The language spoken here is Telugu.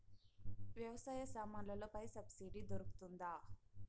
వ్యవసాయ సామాన్లలో పై సబ్సిడి దొరుకుతుందా?